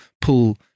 pull